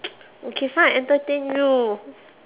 okay fine entertain you